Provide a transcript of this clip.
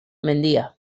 mendia